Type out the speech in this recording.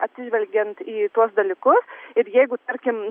atsižvelgiant į tuos dalykus ir jeigu tarkim